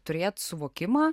turėt suvokimą